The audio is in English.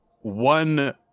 one